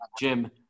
Jim